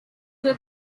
were